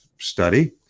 study